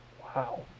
Wow